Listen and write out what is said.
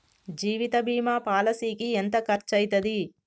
జీవిత బీమా పాలసీకి ఎంత ఖర్చయితది?